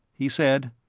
he said.